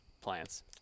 plants